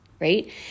right